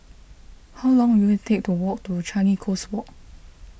how long will it take to walk to Changi Coast Walk